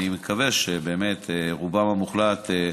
אני מקווה שבאמת רובם המוחלט,